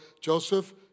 Joseph